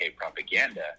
propaganda